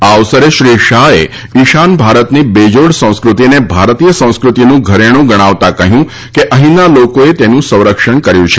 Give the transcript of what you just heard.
આ અવસરે શ્રી શાહે ઇશાન ભારતની બેજોડ સંસ્ક્રતિને ભારતીય સંસ્ક્રતિનું ઘરેણું ગણાવતાં કહ્યું કે અહીંના લોકોએ તેનું સંરક્ષણ કર્યું છે